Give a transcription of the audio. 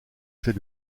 fait